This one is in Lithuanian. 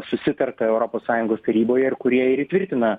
susitarta europos sąjungos taryboje ir kurie ir įtvirtina